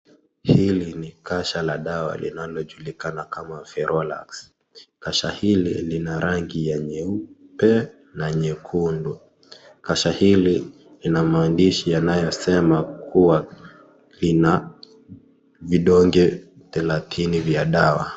Hili ni kasha la dawa linalojulikana kama Ferolax, kasha hili lina rangi ya nyeupe na nyekundu, kasha hili lina maandishi yanayosema kuwa lina vidonge thelathini vya dawa.